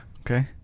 Okay